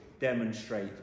demonstrate